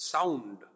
Sound